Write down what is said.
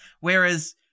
Whereas